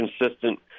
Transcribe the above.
consistent